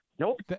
Nope